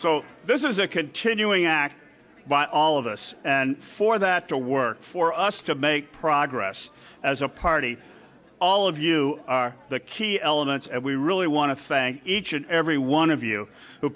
so this is a continuing act by all of us and for that to work for us to make progress as a party all of you are the key elements and we really want to face each and every one of you who